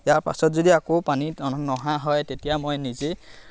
ইয়াৰ পাছত যদি আকৌ পানী নহা হয় তেতিয়া মই নিজেই